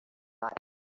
thought